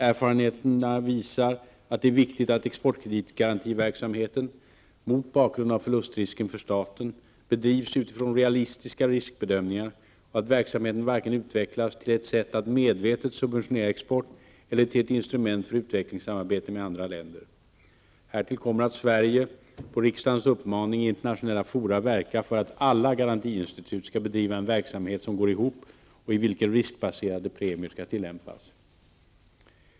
Erfarenheterna visar att det är viktigt att exportkreditgarantiverksamheten, mot bakgrund av förlustrisken för staten, bedrivs utifrån realistiska riskbedömningar och att verksamheten varken utvecklas till ett sätt att medvetet subventionera export eller till ett instrument för utvecklingssamarbete med andra länder. Härtill kommer att Sverige, på riksdagens uppmaning, i internationella fora verkar för att alla garantiinstitut skall bedriva en verksamhet som går ihop och i vilken riskbaserade premier tillämpas.